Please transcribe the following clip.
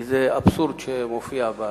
כי זה אבסורד שמופיע.